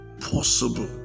possible